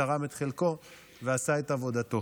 שתרם את חלקו ועשה את עבודתו.